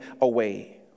away